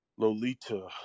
Lolita